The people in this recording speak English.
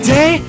Day